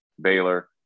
Baylor